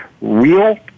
real